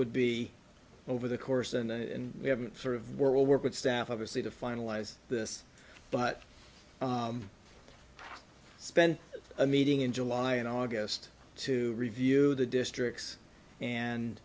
would be over the course and we haven't sort of world work with staff obviously to finalize this but spend a meeting in july and august to review the districts and